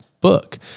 book